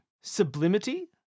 Sublimity